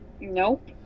Nope